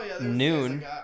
noon